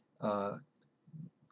uh